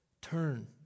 turn